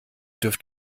dürft